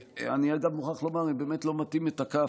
אני, אגב, מוכרח לומר שהם באמת לא מטים את הכף.